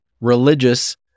religious